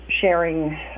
Sharing